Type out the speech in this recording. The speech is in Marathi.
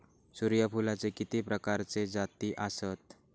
सूर्यफूलाचे किती प्रकारचे जाती आसत?